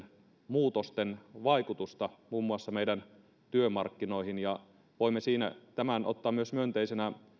muutosten vaikutusta muun muassa meidän työmarkkinoihin ja voimme siinä tämän ottaa myös myönteisenä